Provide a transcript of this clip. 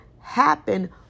happen